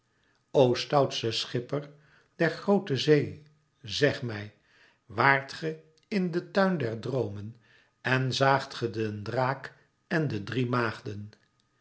stoutste schipper der groote zee zeg mij wàart ge in den tuin der droomen en zaagt ge den draak en de drie maagden